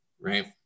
right